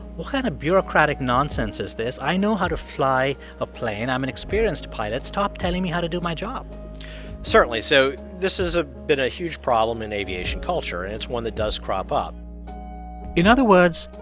what kind of bureaucratic nonsense is this? i know how to fly a plane. i'm an experienced pilot. stop telling me how to do my job certainly. so this ah been a huge problem in aviation culture, and it's one that does crop up in other words,